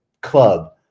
club